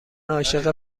عاشق